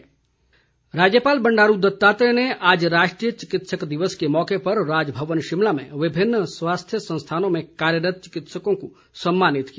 राज्यपाल राज्यपाल बंडारू दत्तात्रेय ने आज राष्ट्रीय चिकित्सक दिवस के मौके पर राजभवन शिमला में विभिन्न स्वास्थ्य संस्थानों में कार्यरत चिकित्सकों को सम्मानित किया